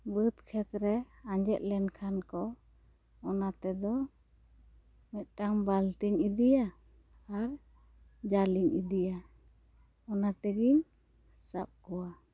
ᱵᱟᱹᱫᱽ ᱠᱷᱮᱛ ᱨᱮ ᱟᱸᱡᱮᱫ ᱞᱮᱱ ᱠᱷᱟᱱ ᱠᱚ ᱚᱱᱟ ᱛᱮᱫᱚ ᱢᱤᱫᱴᱟᱱ ᱵᱟᱹᱞᱴᱤᱧ ᱤᱫᱤᱭᱟ ᱟᱨ ᱡᱟᱞ ᱤᱧ ᱤᱫᱤᱭᱟ ᱚᱱᱟ ᱛᱮᱜᱮᱧ ᱥᱟᱵ ᱠᱚᱣᱟ